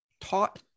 taught